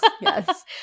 yes